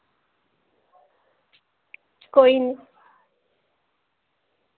कोई नि